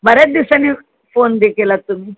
बऱ्याच दिवसानी फोन दे केलात तुम्ही